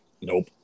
Nope